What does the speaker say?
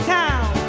town